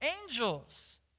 angels